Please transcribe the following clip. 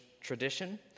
tradition